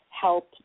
help